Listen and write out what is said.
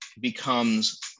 becomes